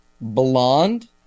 blonde